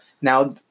now